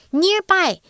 nearby